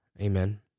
amen